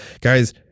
guys